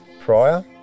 prior